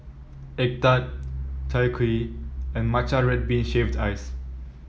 egg tart Chai Kuih and Matcha Red Bean Shaved Ice